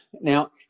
Now